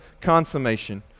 consummation